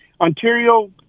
Ontario